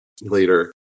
later